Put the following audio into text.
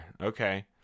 okay